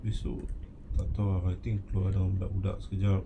lepas tu tak [tau] I think keluar dengan budak-budak sekejap